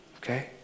Okay